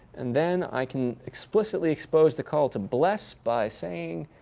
and then i can explicitly expose the call to bless by saying,